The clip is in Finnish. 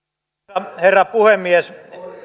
arvoisa herra puhemies